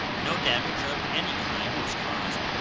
no damage of any kind was caused.